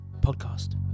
podcast